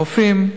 הרופאים,